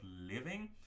living